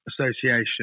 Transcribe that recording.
association